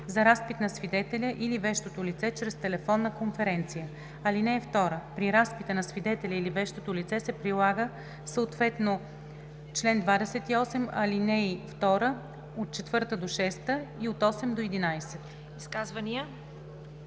за разпит на свидетеля или вещото лице чрез телефонна конференция. (2) При разпита на свидетеля или вещото лице се прилага съответно чл. 28, ал. 2,4 – 6 и 8 – 11.“